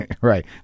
right